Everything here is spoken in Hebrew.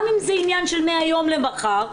גם אם זה עניין מהיום למחר,